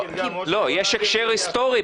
יש הקשר היסטורי,